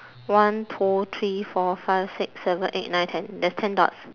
one two three four five six seven eight nine ten there's ten dots